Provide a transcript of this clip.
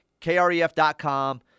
kref.com